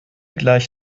gleich